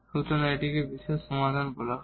সুতরাং এটিকে বিশেষ সমাধান বলা হবে